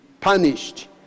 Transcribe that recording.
punished